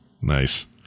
Nice